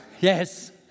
yes